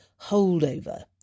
holdover